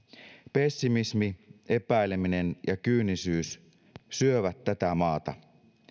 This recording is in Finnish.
pessimismi epäileminen ja kyynisyys syövät tätä maata